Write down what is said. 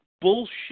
bullshit –